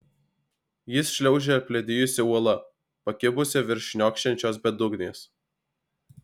jis šliaužia apledijusia uola pakibusia virš šniokščiančios bedugnės